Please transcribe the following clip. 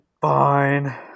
Fine